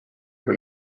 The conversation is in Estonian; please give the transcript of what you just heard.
aga